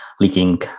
leaking